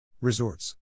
Resorts